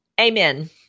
Amen